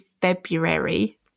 February –